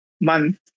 month